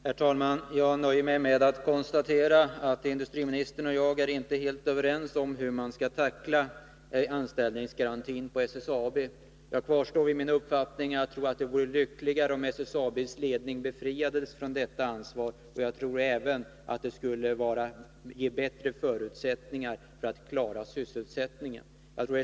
Herr talman! Jag nöjer mig med att konstatera att industriministern och jag inte är helt överens om hur man på SSAB skall tackla anställningsgarantin. Jag kvarstår vid min uppfattning att det vore lyckligare om SSAB:s ledning befriades från detta ansvar. Då tror jag att förutsättningarna skulle bli bättre att klara sysselsättningen.